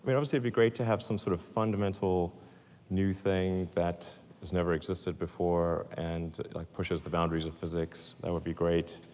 obviously be great to have some sort of fundamental new thing that has never existed before and pushes the boundaries of physics. that would be great.